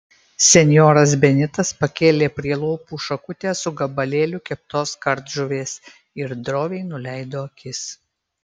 senjoras benitas pakėlė prie lūpų šakutę su gabalėliu keptos kardžuvės ir droviai nuleido akis